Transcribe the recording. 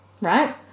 right